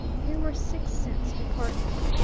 here were six sets of apartments,